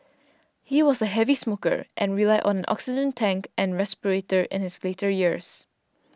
he was a heavy smoker and relied on oxygen tank and respirator in his later years